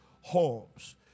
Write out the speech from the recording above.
homes